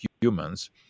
humans